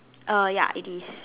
err ya it is